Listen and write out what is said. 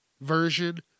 version